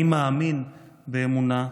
אני מאמין באמונה שלמה"